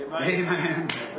Amen